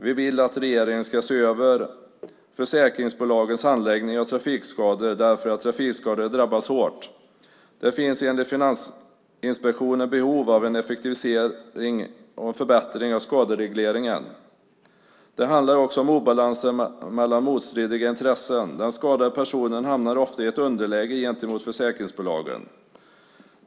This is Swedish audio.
Vi vill att regeringen ska se över försäkringsbolagens handläggning av trafikskador eftersom trafikskadade drabbas hårt. Det finns enligt Finansinspektionen behov av en effektivisering och förbättring av skaderegleringen. Det handlar också om obalansen mellan motstridiga intressen. Den skadade personen hamnar ofta i ett underläge gentemot försäkringsbolaget.